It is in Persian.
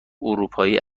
اروپایی